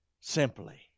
Simply